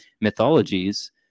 mythologies